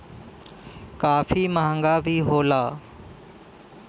काफी महंगा भी होला